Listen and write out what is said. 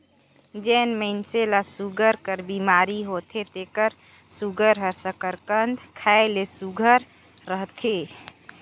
जेन मइनसे ल सूगर कर बेमारी होथे तेकर सूगर हर सकरकंद खाए ले सुग्घर रहथे